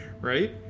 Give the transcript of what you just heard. right